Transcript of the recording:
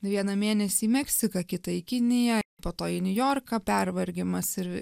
vieną mėnesį meksika kitą į kiniją po to į niujorką pervargimas ir